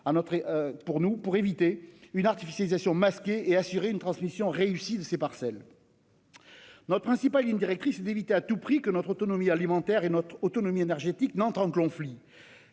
pour éviter une artificialisation masquée et assurer une transmission réussie de ces parcelles. Notre principale ligne directrice est d'éviter à tout prix que notre autonomie alimentaire et notre autonomie énergétique n'entrent en conflit